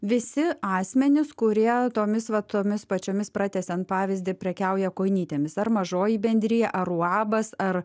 visi asmenys kurie tomis va tomis pačiomis pratęsiant pavyzdį prekiauja kojinytėmis ar mažoji bendrija ar uabas ar